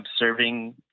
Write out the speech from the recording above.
observing